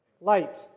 Light